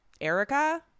Erica